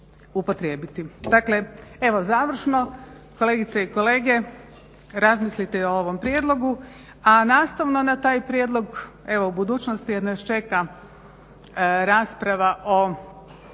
upotrijebiti. Dakle, evo završno, kolegice i kolege, razmislite o ovom prijedlogu, a nastavno na taj prijedlog evo u budućnosti jer nas čeka rasprava o